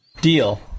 Deal